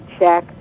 check